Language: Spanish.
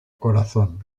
corazón